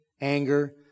anger